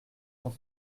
cent